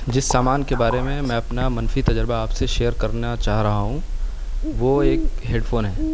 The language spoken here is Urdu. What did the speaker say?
جس سامان کے بارے میں میں اپنا منفی تجربہ آپ سے شیئر کرنا چاہ رہا ہوں وہ ایک ہیڈ فون ہے